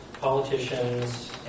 Politicians